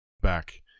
Back